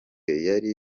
yari